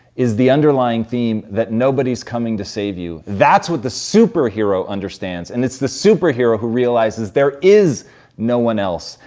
is the underlying theme that nobody's coming to save you. that's what the super hero understands, and it's the super hero who realizes there is no one else.